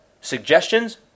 Suggestions